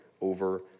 over